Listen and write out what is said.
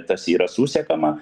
tas yra susekama